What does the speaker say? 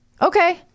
Okay